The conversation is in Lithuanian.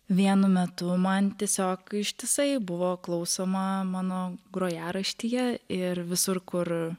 vienu metu man tiesiog ištisai buvo klausoma mano grojaraštyje ir visur kur